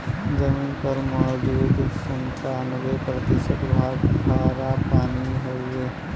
जमीन पर मौजूद सत्तानबे प्रतिशत भाग खारापानी हउवे